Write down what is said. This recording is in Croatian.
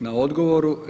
na odgovoru.